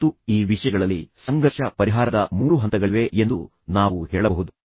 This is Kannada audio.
ಮತ್ತು ಈ ವಿಷಯಗಳಲ್ಲಿ ಸಂಘರ್ಷ ಪರಿಹಾರದ ಮೂರು ಹಂತಗಳಿವೆ ಎಂದು ನಾವು ಹೇಳಬಹುದು